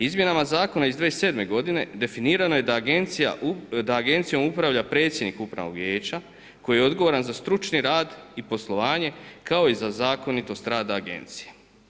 Izmjenama zakona iz 2007. godine definirano je da agencijom upravlja predsjednik upravnog vijeća koji je odgovoran za stručni rad i poslovanje kao i za zakonitost rada agencije.